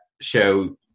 show